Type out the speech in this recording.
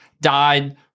died